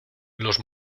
los